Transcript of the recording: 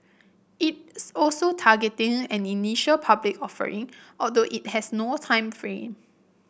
it's also targeting an initial public offering although it has no time frame